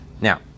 Now